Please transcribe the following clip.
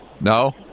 No